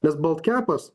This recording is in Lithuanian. nes boltkepas